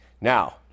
now